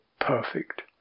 perfect